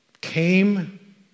came